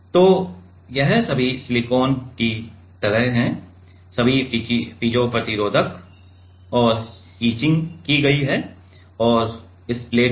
तो यह सभी सिलिकॉन की तरह है सभी पीजो प्रतिरोधक और इचिंग की गई है और इस प्लेट पर